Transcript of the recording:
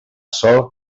sol